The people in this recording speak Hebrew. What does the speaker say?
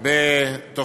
ואם קרה